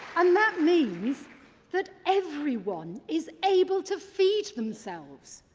um that means that everyone is able to feed themselves.